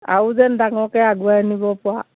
আৰু যেন ডাঙৰকৈ আগুৱাই নিব পাৰা